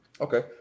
Okay